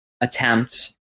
attempt